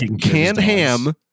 Can-Ham